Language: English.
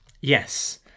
Yes